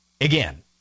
Again